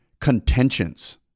contentions